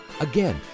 Again